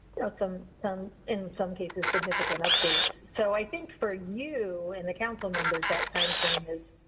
know, some, some, in some cases, significant updates. so i think for you, and the council members, that timeframe is.